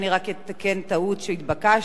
אני רק אתקן טעות כפי שהתבקשתי: